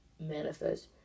manifest